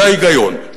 זה ההיגיון,